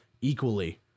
equally